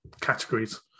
categories